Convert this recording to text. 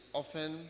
often